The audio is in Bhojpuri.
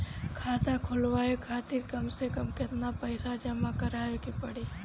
खाता खुलवाये खातिर कम से कम केतना पईसा जमा काराये के पड़ी?